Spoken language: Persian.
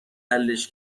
حلش